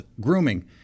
grooming